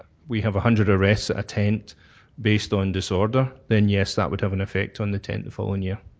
we have a hundred arrests, a tent based on disorder, then, yes, that would have an effect on the tent the following year.